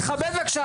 עופר תכבד בבקשה,